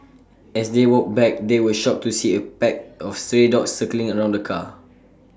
as they walked back they were shocked to see A pack of stray dogs circling around the car